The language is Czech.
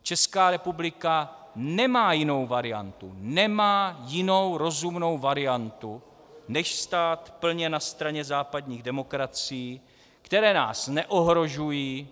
Česká republika nemá jinou variantu, nemá jinou rozumnou variantu než stát plně na straně západních demokracií, které nás neohrožují.